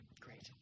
Great